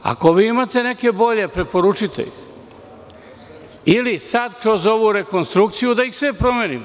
Ako vi imate neke bolje, preporučite ih ili sada kroz ovu rekonstrukciju da ih sve promenimo.